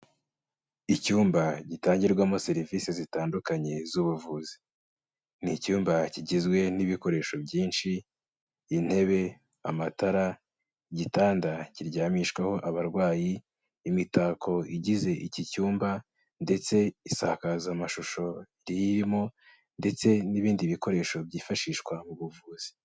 Icyumba gitangirwamo serivisi zitandukanye z'ubuvuzi, ni icyumba kigizwe n'ibikoresho byinshi: intebe, amatara, igitanda kiryamishwaho abarwayi, imitako igize iki cyumba ndetse insakaza amashusho riyirimo ndetse n'ibindi bikoresho byifashishwa mu buvuzi.